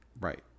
right